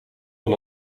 van